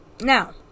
Now